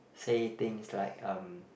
say things like um